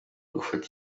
gufata